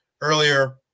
earlier